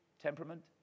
temperament